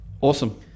Awesome